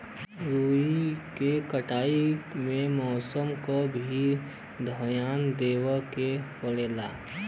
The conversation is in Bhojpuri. रुई के कटाई में मौसम क भी धियान देवे के पड़ेला